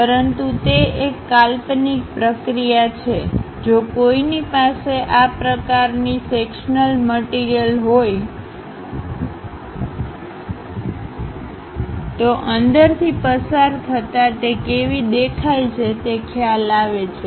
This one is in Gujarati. પરંતુ તે એક કાલ્પનિક પ્રક્રિયા છેજો કોઈની પાસે આ પ્રકારની સેક્શનલ મટીરીયલહોઈ તો અંદરથી પસાર થતા તે કેવી દેખાય છે તે ખ્યાલ આવે છે